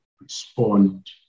respond